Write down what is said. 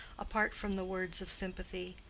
apart from the words of sympathy.